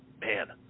Man